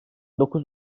dokuz